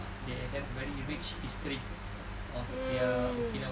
they have very rich history uh their okinawan